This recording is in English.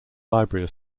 library